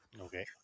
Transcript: Okay